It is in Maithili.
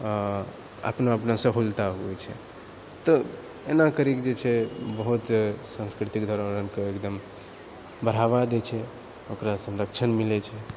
अपना अपना सहुलता होइ छै तऽ एना करिके जे छै बहुत संस्कृतिके बढ़ावा दै छै ओकरा संरक्षण मिलै छै